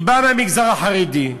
היא באה מהמגזר החרדי,